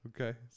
Okay